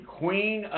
queen